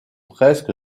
presque